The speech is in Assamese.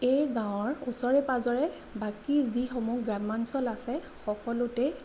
এই গাঁৱৰ ওচৰে পাজৰে বাকী যিসমূহ গ্ৰাম্যাঞ্চল আছে সকলোতেই